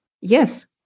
yes